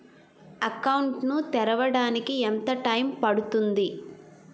Account ను తెరవడానికి ఎంత టైమ్ పడుతుంది?